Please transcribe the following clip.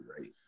right